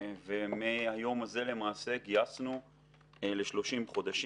ומהיום הזה למעשה גייסנו ל-30 חודשים.